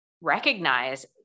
recognize